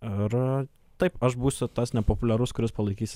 ir taip aš būsiu tas nepopuliarus kuris palaikys